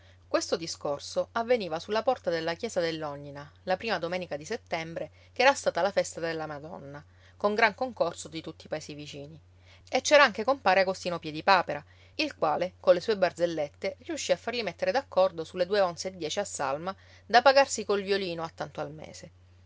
questo discorso avveniva sulla porta della chiesa dell'ognina la prima domenica di settembre che era stata la festa della madonna con gran concorso di tutti i paesi vicini e c'era anche compare agostino piedipapera il quale colle sue barzellette riuscì a farli mettere d'accordo sulle due onze e dieci a salma da pagarsi col violino a tanto il mese